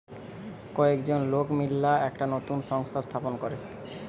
কয়েকজন লোক মিললা একটা নতুন সংস্থা স্থাপন করে